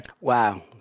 Wow